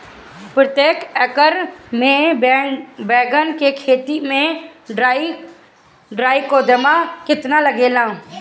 प्रतेक एकर मे बैगन के खेती मे ट्राईकोद्रमा कितना लागेला?